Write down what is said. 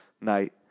night